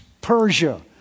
Persia